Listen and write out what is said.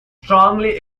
strongly